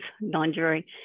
non-jury